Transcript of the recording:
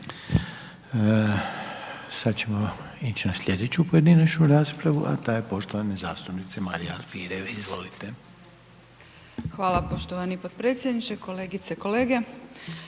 Sada ćemo ići na sljedeću pojedinačnu raspravu a ta je poštovane zastupnice Marije Alfirev. Izvolite. **Alfirev, Marija (SDP)** Hvala poštovani potpredsjedniče, kolegice, kolege,